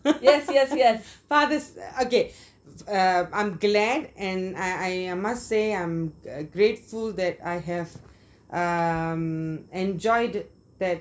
yes yes yes father's okay um I am glad and I err I must say I um am grateful that I have um enjoyed that